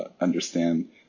understand